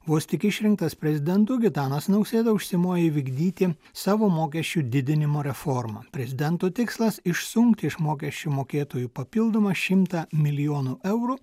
vos tik išrinktas prezidentu gitanas nausėda užsimojo įvykdyti savo mokesčių didinimo reformą prezidento tikslas išsunkti iš mokesčių mokėtojų papildomą šimtą milijonų eurų